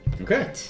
Okay